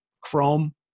Chrome